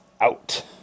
out